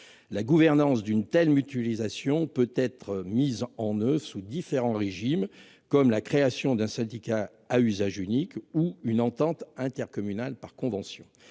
la gouvernance d'une telle mutualisation peut être mise en oeuvre sous différents régimes comme la création d'un syndicat à usage unique ou une entente intercommunal par convention.